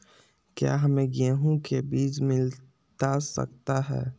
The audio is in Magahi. क्या हमे गेंहू के बीज मिलता सकता है?